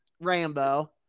Rambo